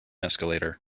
escalator